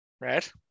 Right